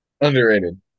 Underrated